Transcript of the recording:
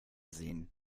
sehen